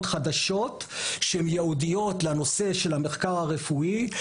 חדשות שהן ייעודיות לנושא של המחקר הרפואי.